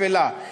אפלה מאוד מאוד.